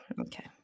okay